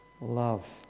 love